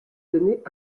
données